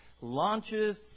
launches